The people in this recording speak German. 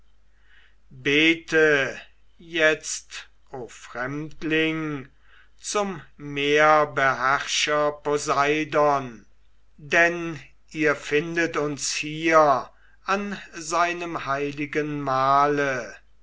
bete jetzt o fremdling zum meerbeherrscher poseidon denn ihr findet uns hier an seinem heiligen mahle